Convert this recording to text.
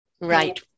right